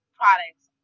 products